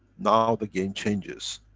now the game changes.